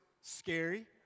scary